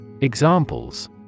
Examples